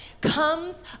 comes